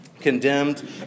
condemned